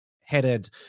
headed